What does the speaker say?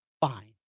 fine